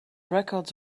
records